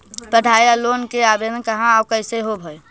पढाई ल लोन के आवेदन कहा औ कैसे होब है?